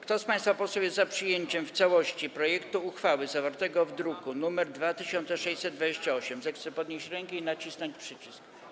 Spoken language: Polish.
Kto z państwa posłów jest za przyjęciem w całości projektu uchwały zawartego w druku nr 2628, zechce podnieść rękę i nacisnąć przycisk.